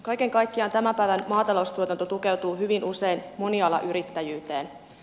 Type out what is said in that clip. kaiken kaikkiaan tämän päivän maataloustuotanto tukeutuu hyvin usein monialayrittäjyyteen